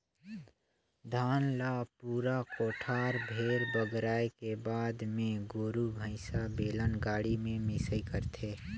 धान ल पूरा कोठार भेर बगराए के बाद मे गोरु भईसा, बेलन गाड़ी में मिंसई करथे